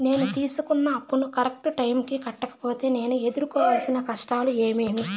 నేను తీసుకున్న అప్పును కరెక్టు టైముకి కట్టకపోతే నేను ఎదురుకోవాల్సిన కష్టాలు ఏమీమి?